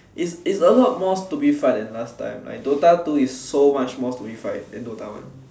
it's it's a lot more stupefied than last time like DOTA two is so much more stupefied than DOTA one